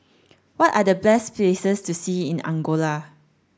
what are the best places to see in Angola